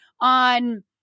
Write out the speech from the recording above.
on